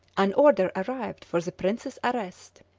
an order arrived for the prince's arrest!